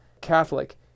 Catholic